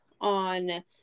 on